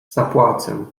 zapłacę